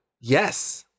Yes